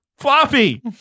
floppy